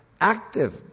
active